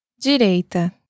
Direita